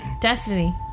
Destiny